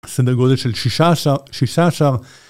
סדר גודל של 16, 16.